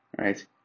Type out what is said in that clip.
right